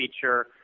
feature